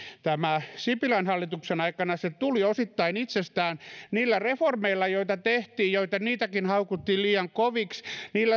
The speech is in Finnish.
sipilän hallituksen aikana se tuli osittain itsestään ja niillä reformeilla joita tehtiin ja joita niitäkin haukuttiin liian koviksi